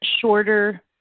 shorter